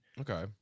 Okay